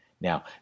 Now